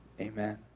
Amen